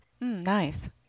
Nice